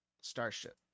Starship